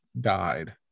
died